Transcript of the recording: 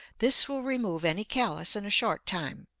this will remove any callous in a short time.